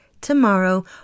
tomorrow